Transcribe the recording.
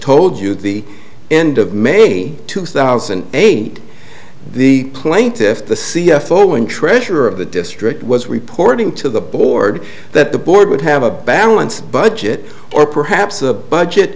told you at the end of may two thousand and eight the plaintiff the c f o and treasurer of the district was reporting to the board that the board would have a balanced budget or perhaps a budget